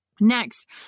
Next